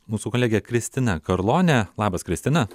mūsų kolegė kristina karlonė labas kristina